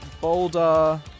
Boulder